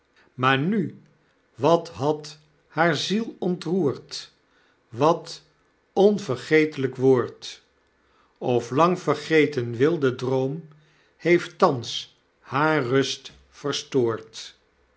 maar nu wal had haar ziel ontroerd wat bnvergeetlijk woord of lang vergeten wilde droom heeft thans haar rust verstoord